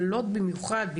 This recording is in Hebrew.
לוד במיוחד,